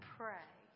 pray